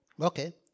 Okay